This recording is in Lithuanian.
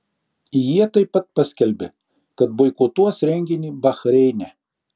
jie taip pat paskelbė kad boikotuos renginį bahreine